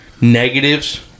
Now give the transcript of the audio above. negatives